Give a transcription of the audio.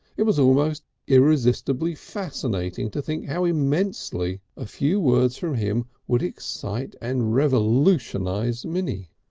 it was almost irresistibly fascinating to think how immensely a few words from him would excite and revolutionise minnie.